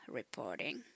reporting